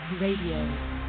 Radio